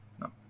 no